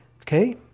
Okay